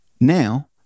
Now